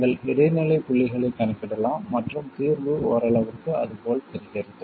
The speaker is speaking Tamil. நீங்கள் இடைநிலை புள்ளிகளைக் கணக்கிடலாம் மற்றும் தீர்வு ஓரளவுக்கு அது போல் தெரிகிறது